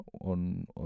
on